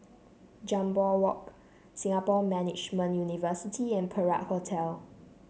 Jambol Walk Singapore Management University and Perak Hotel